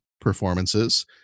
performances